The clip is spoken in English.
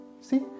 See